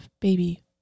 baby